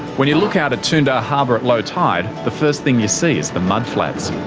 when you look out at toondah harbour at low tide, the first thing you see is the mudflats.